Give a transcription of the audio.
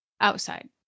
outside